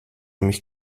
mich